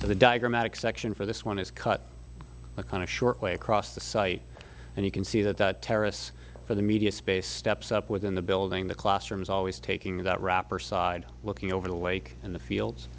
the diagrammatic section for this one is cut a kind of short way across the site and you can see that the terrorists for the media space steps up within the building the classrooms always taking that wrapper side looking over the lake and the fields